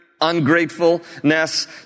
ungratefulness